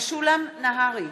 משולם נהרי,